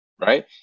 Right